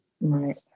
Right